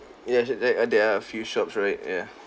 yes there are there are a few shops right ya